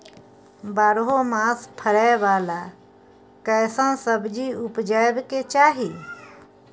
बारहो मास फरै बाला कैसन सब्जी उपजैब के चाही?